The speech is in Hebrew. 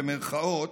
במירכאות,